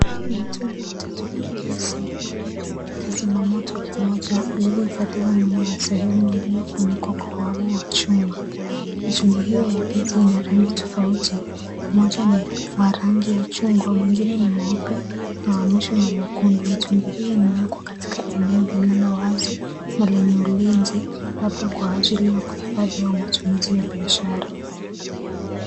Ni mitungi mitatu ya gesi, kizima moto kimoja, vilivyohifadhiwa nyuma ya sehemu iliyofunikwa kwa wavu wa chuma. Mitungi hiyo ya gesi ina rangi tofauti ,moja ni wa rangi ya chungwa, mwingine ni mweupe na wa mwisho ni mwekundu. Mitungi hii imewekwa katika eneo lililo wazi na lenye ulinzi, labda kwa ajili ya kuhifadhi au matumizi ya biashara.